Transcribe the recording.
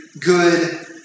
Good